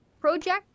project